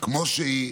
כמו שהיא,